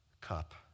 cup